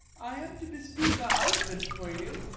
i am to bespeak a husband for you.